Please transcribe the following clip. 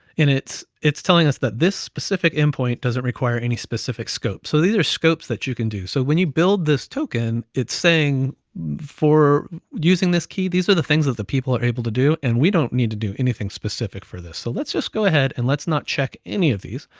it's it's telling us that this specific endpoint doesn't require any specific scopes. so these are scopes that you can do. so when you build this token, it's saying for using this key, these are the things that the people are able to do, and we don't need to do anything specific for this. so let's just go ahead, and let's not check any of these.